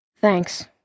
Thanks